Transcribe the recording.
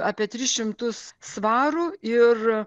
apie tris šimtus svarų ir